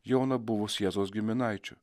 joną buvus jėzaus giminaičiu